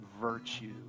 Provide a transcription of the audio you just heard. virtue